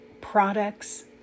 products